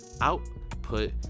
output